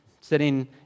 sitting